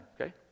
okay